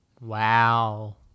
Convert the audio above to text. Wow